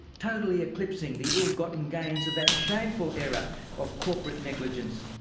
totally eclipsing the ill-gotten gains of that shameful era of corporate negligence.